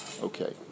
Okay